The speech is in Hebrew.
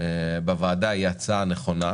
בוועדה יצאה נכונה.